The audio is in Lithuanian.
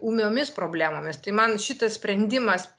ūmiomis problemomis tai man šitas sprendimas